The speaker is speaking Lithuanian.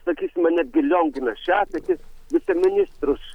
sakysime netgi lionginą šepetį viceministrus